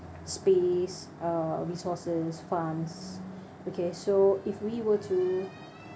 space uh resources funds okay so if we were to